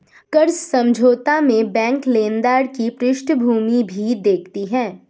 कर्ज समझौता में बैंक लेनदार की पृष्ठभूमि भी देखती है